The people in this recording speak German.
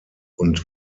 und